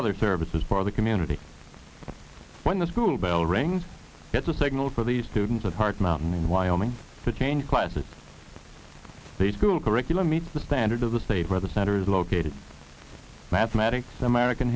other services for the community when the school bell rings it's a signal for the students at heart mountain in wyoming to change class in the school curriculum meet the standard of the state where the center is located mathematics american